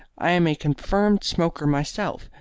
i am a confirmed smoker myself,